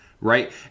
Right